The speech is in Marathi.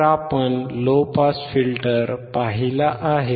तरआपण लो पॅसिव्ह फिल्टर पाहिला आहे